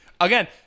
again